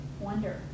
wonder